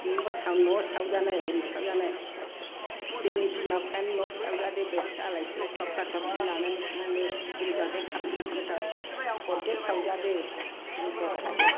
बेसां न' सावजानाय हेरै सावजानाय जोंनि बिमा बिफायानो न' सावजादो बेसे आलाय सिलाय थफ्ला थफ्लि लानानै खारनानैनो बुद्रुजादो खाबथा खाबथा हरदो सावजादो जों बर' हारिया